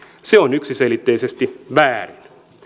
se on yksiselitteisesti väärin